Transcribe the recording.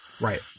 Right